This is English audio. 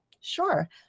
Sure